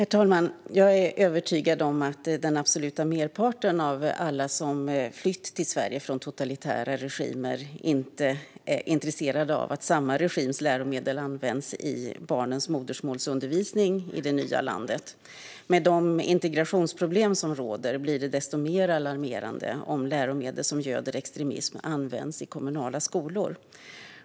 Herr talman! Jag är övertygad om att den absoluta merparten av alla som flytt till Sverige från totalitära regimer inte är intresserad av att samma regims läromedel används i barnens modersmålsundervisning i det nya landet. Med de integrationsproblem som råder blir det desto mer alarmerande om läromedel som göder extremism används i kommunala skolor.